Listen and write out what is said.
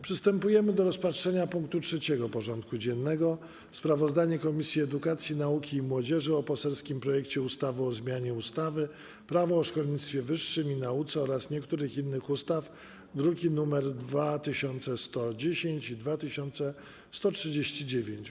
Przystępujemy do rozpatrzenia punktu 3. porządku dziennego: Sprawozdanie Komisji Edukacji, Nauki i Młodzieży o poselskim projekcie ustawy o zmianie ustawy - Prawo o szkolnictwie wyższym i nauce oraz niektórych innych ustaw (druki nr 2110 i 2139)